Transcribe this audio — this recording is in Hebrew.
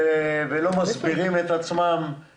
והן יהיו בתוקף עד 31 לדצמבר 2021?